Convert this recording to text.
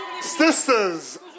Sisters